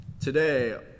today